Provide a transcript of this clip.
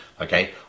Okay